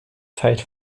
zeit